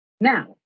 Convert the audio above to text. Now